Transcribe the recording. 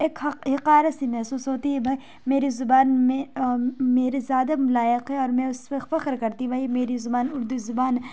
ایک حقارت سی محسوس ہوتی ہے میری زبان میں میرے زیادہ لائق ہے اور میں اس پہ فخر کرتی بھائی میری زبان اردو زبان